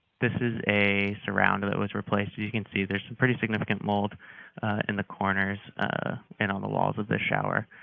this is a surround that was replaced you you can see there's some pretty significant mold in the corners and on the walls of the shower,